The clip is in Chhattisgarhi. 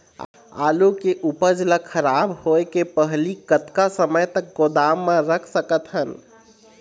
आलू के उपज ला खराब होय के पहली कतका समय तक गोदाम म रख सकत हन?